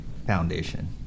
foundation